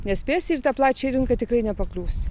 nespėsi ir į tą plačią rinką tikrai nepakliūsi